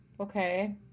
Okay